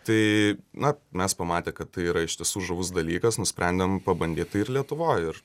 tai na mes pamatę kad tai yra iš tiesų žavus dalykas nusprendėm pabandyt tai ir lietuvoj ir